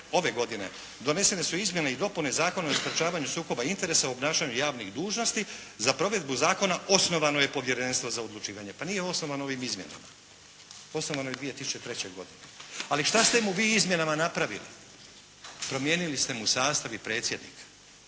ove godine donesene su izmjene i dopune Zakona o sprečavanju sukoba interesa o obnašanju javnih dužnosti za provedbu zakona osnovano je povjerenstvo za odlučivanje. Pa nije osnovano ovim izmjenama. Osnovano je 2003. godine. Ali šta ste mu vi izmjenama napravili? Promijenili ste mu sastav i predsjednika.